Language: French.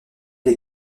les